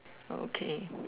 okay